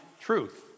truth